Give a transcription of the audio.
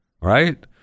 right